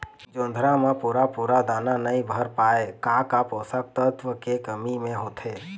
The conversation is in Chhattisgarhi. जोंधरा म पूरा पूरा दाना नई भर पाए का का पोषक तत्व के कमी मे होथे?